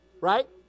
right